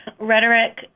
rhetoric